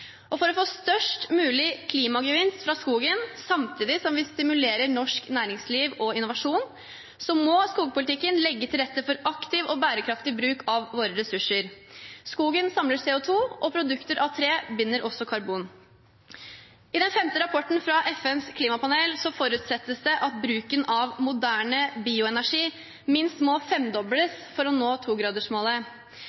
klimapolitikken. For å få størst mulig klimagevinst fra skogen, samtidig som vi stimulerer norsk næringsliv og innovasjon, må skogpolitikken legge til rette for aktiv og bærekraftig bruk av våre ressurser. Skogen samler CO 2 , og produkter av tre binder karbon. I den femte rapporten fra FNs klimapanel forutsettes det at bruken av moderne bioenergi minst må